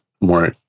more